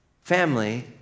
family